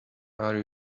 are